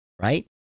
right